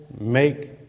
make